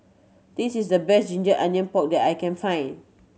this is the best ginger onion pork that I can find